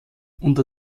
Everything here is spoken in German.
unter